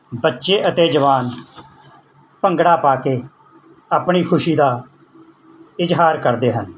ਬੱਚੇ ਅਤੇ ਜਵਾਨ ਭੰਗੜਾ ਪਾ ਕੇ ਆਪਣੀ ਖੁਸ਼ੀ ਦਾ ਇਜ਼ਹਾਰ ਕਰਦੇ ਹਨ